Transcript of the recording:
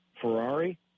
Ferrari